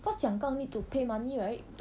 cause 抢杠 need to pay money right